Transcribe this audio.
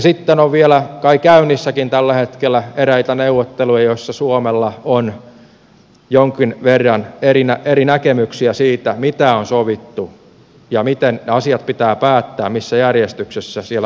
sitten on vielä kai käynnissäkin tällä hetkellä eräitä neuvotteluja joissa suomella on jonkin verran eri näkemyksiä siitä mitä on sovittu ja miten ja missä järjestyksessä ne asiat pitää päättää siellä unionissa